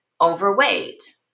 overweight